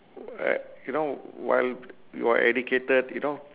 you know while you are educated you know